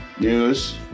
news